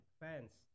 fans